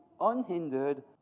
unhindered